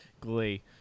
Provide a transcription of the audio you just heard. Glee